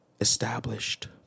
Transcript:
established